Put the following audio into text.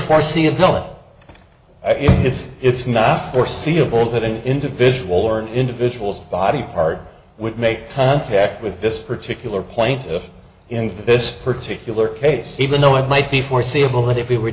foreseeability it's not foreseeable that an individual or individuals body part would make contact with this particular plaintiff in this particular case even though it might be foreseeable that if we were